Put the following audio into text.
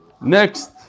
Next